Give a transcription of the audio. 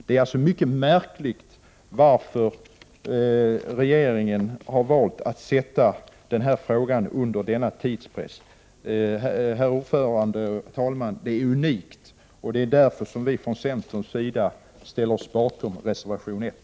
Det är mycket märkligt att regeringen valt att sätta denna fråga under tidspress. Det är därför vi från centerns sida ställer oss bakom reservation 1.